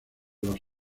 los